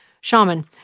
shaman